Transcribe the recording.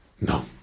No